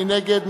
מי נגד?